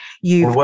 you-